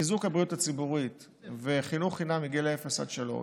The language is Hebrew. חיזוק הבריאות הציבורית וחינוך חינם בגיל אפס עד שלוש,